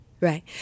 right